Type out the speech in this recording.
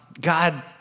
God